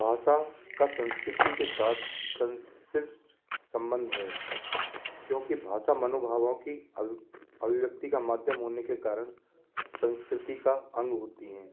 भाषा का संस्कृति के सात संश्लिष्ट सम्बंध है क्योंकि भाषा मनोभावों की अभिव्यक्ति का माध्यम होने के कारण संस्कृति का अंग होती हैं